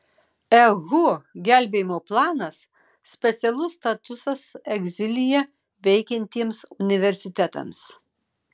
ehu gelbėjimo planas specialus statusas egzilyje veikiantiems universitetams